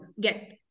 get